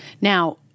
Now